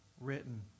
written